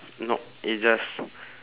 no it's just